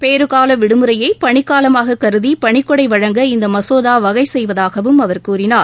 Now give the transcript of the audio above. பேறுகால விடுழுறையை பணிக்காலமாகக் கருதி பணிக்கொடை வழங்க இந்த மசோதா வகை செய்வதாகவும் அவர் கூறினார்